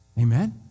Amen